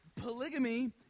polygamy